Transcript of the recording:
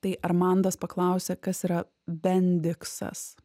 kai armandas paklausė kas yra bendiksas